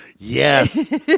Yes